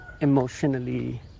emotionally